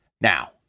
now